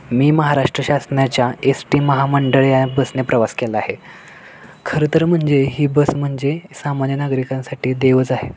मी महाराष्ट्र शासनाच्या S T महामंडळ या बसने प्रवास केला आहे खरं तर म्हणजे ही बस म्हणजे सामान्य नागरिकांसाठी देवच आहे